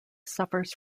suffers